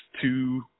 two